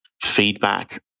feedback